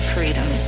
Freedom